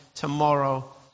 tomorrow